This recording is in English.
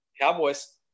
Cowboys